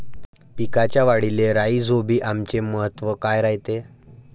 पिकाच्या वाढीले राईझोबीआमचे महत्व काय रायते?